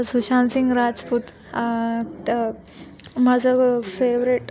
सुशांतसिंग राजपूत तर माझं फेवरेट